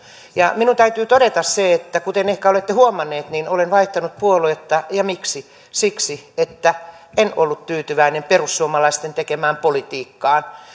minun täytyy todeta kuten ehkä olette huomanneet että olen vaihtanut puoluetta ja miksi siksi että en ollut tyytyväinen perussuomalaisten tekemään politiikkaan